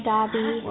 Dobby